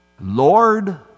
Lord